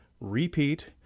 repeat